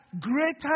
greater